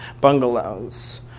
bungalows